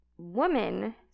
woman